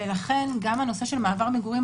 ולכן בנושא של מעבר מגורים,